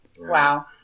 Wow